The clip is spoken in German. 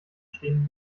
stehen